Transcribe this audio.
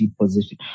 position